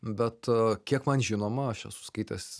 bet kiek man žinoma aš esu skaitęs